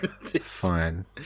Fine